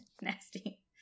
nasty